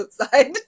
outside